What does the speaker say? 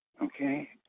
okay